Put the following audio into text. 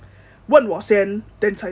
问我先 then 你才做